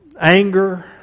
anger